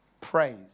praise